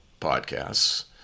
podcasts